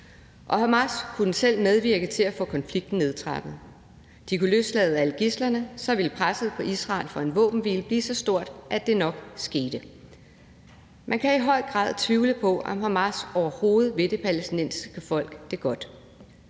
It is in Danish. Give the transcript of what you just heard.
og Hamas kunne selv medvirke til at få konflikten nedtrappet. De kunne løslade alle gidslerne. Så ville presset på Israel for en våbenhvile blive så stort, at det nok skete. Man kan i høj grad tvivle på, om Hamas overhovedet vil det palæstinensiske folk det godt.